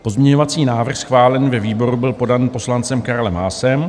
Pozměňovací návrh schválený ve výboru byl podán poslancem Karlem Haasem.